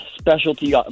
Specialty